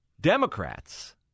Democrats